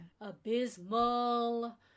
abysmal